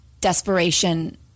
desperation